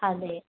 ಅದೆ